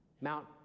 Mount